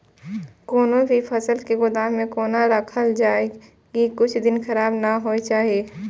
कोनो भी फसल के गोदाम में कोना राखल जाय की कुछ दिन खराब ने होय के चाही?